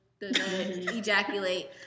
Ejaculate